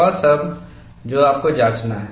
वह सब जो आपको जांचना है